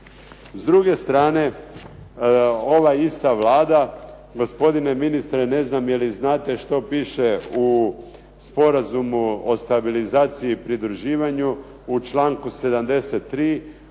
S druge strane ova ista Vlada, gospodine ministre ne znam je li znate što piše u sporazumu o stabilizaciji i pridruživanju, u članku 73.